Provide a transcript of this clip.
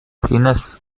pinus